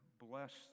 bless